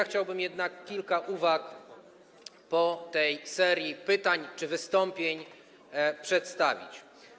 Chciałbym jednak kilka uwag po tej serii pytań czy wystąpień przedstawić.